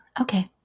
okay